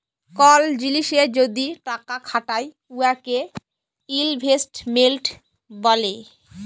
call জিলিসে যদি টাকা খাটায় উয়াকে ইলভেস্টমেল্ট ব্যলে